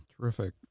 Terrific